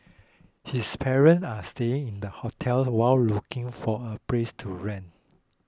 his parents are staying in hotels while looking for a place to rent